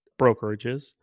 brokerages